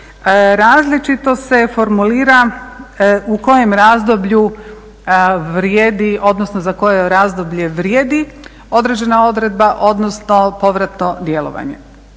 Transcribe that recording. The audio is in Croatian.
različito se formulira u kojem razdoblju vrijedi, odnosno za koje razdoblje vrijedi određena odredba odnosno povratno djelovanje.